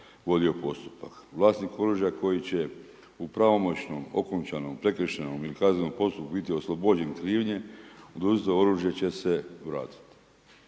Vlasnik oružja koji će u pravomoćnom okončanom prekršajnom ili kaznenom postupku biti oslobođen krivnje oduzeto oružje će se vratiti.